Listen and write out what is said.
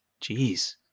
Jeez